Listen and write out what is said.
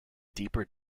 deeper